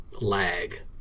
lag